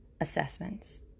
assessments